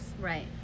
Right